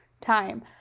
time